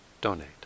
donate